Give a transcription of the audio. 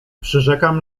przyrzekam